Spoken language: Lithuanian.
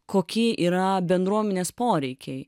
kokie yra bendruomenės poreikiai